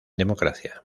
democracia